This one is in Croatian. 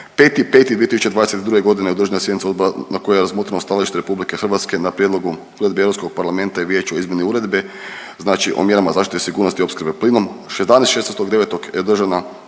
5.5.2022. godine održana je sjednica odbora na kojoj je razmotreno stajalište RH na prijedlog uredbe Europskog parlamenta i Vijeća o izmjeni uredbe, znači o mjerama zaštite sigurnosti i opskrbe plinom. Dana 16.9. je održana